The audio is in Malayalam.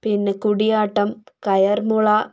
പിന്നെ കൂടിയാട്ടം കയർ മുള